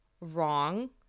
wrong